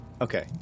Okay